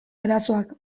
arazoak